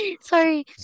Sorry